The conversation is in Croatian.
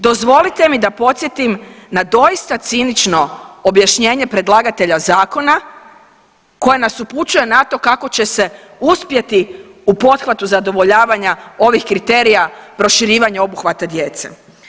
Dozvolite mi da podsjetim na doista cinično objašnjenje predlagatelja zakona koje nas upućuje na to kako će se uspjeti u pothvatu zadovoljavanja ovih kriterija proširivanja obuhvata djece.